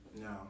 No